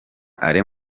alain